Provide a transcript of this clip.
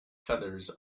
feathers